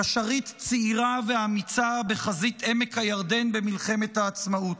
קשרית צעירה ואמיצה בחזית עמק הירדן במלחמת העצמאות,